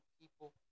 people